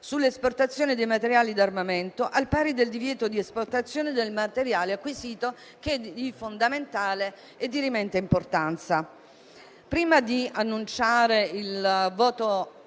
sulle esportazioni di materiali d'armamento al pari del divieto di esportazione del materiale acquisito che è di fondamentale e dirimente importanza. Prima di annunciare il voto